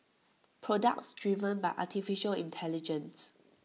products driven by Artificial Intelligence